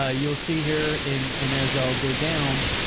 ah you'll see here in, and as i'll go down,